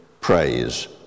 praise